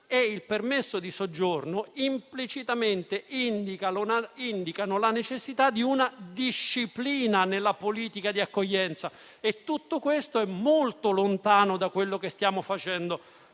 e il permesso di soggiorno implicitamente indicano la necessità di una disciplina nella politica di accoglienza e tutto questo è molto lontano da ciò che stiamo facendo